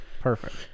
Perfect